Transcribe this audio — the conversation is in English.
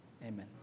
Amen